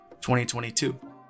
2022